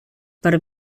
per